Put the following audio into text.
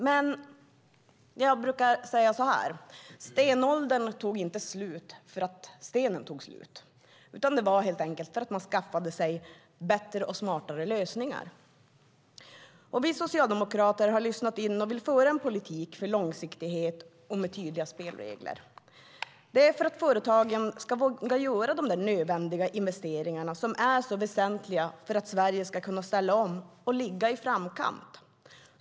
Men jag brukar säga att stenåldern inte tog slut för att stenarna tog slut utan det var för att man skaffade sig bättre och smartare lösningar. Vi socialdemokrater har lyssnat och vill föra en politik för långsiktighet och med tydliga spelregler. Det är för att företagen ska våga göra de nödvändiga investeringarna som är så väsentliga för att Sverige ska kunna ställa om och ligga i framkant.